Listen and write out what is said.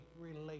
related